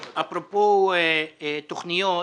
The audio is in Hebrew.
אפרופו תוכניות,